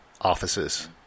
offices